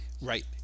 Right